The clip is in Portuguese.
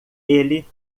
ele